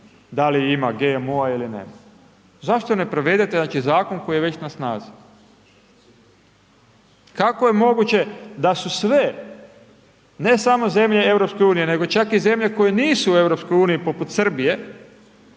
da li ima GMO-a ili nema. Zašto ne provedete znači Zakon koji je već na snazi? Kako je moguće da su sve ne samo zemlje EU nego čak i zemlje koje nisu u EU poput Srbije